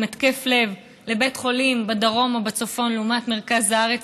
עם התקף לב לבית חולים בדרום או בצפון לעומת מרכז הארץ,